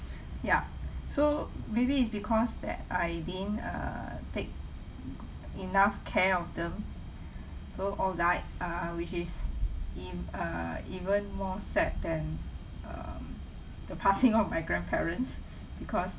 ya so maybe it's because that I didn't err take enough care of them so all died uh which is in uh even more sad then um the passing of my grandparents because